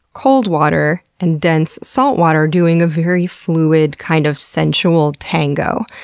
cold water and dense, saltwater doing a very fluid kind of sensual tango.